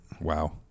Wow